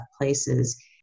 places